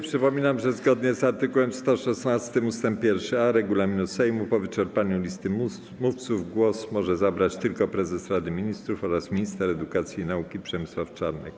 Przypominam, że zgodnie z art. 116 ust. 1a regulaminu Sejmu po wyczerpaniu listy mówców głos może zabrać tylko prezes Rady Ministrów oraz minister edukacji i nauki Przemysław Czarnek.